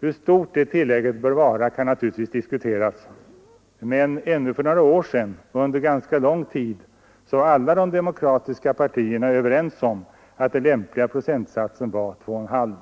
Hur stort det tillägget bör vara kan naturligtvis diskuteras, men ännu för några år sedan och under ganska lång tid var alla de demokratiska partierna överens om att den lämpliga procentsatsen var 2,5.